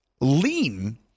lean